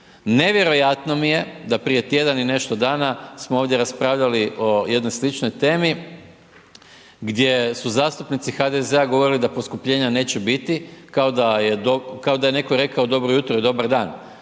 Nevjerojatno mi je da prije tjedan i nešto dana smo ovdje raspravljali o jednoj sličnoj temi, gdje su zastupnici HDZ-a govorili da poskupljenja neće biti, kao da je netko rekao dobro jutro, dobar dan,